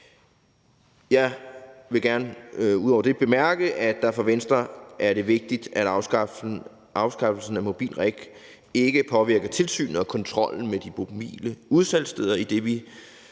det vil jeg gerne bemærke, at det for Venstre er vigtigt, at afskaffelsen af MobiltReg ikke påvirker tilsynet og kontrollen med de mobile udsalgssteder, idet vi